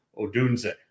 Odunze